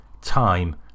Time